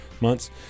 months